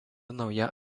nauja